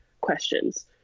questions